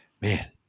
Man